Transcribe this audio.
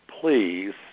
please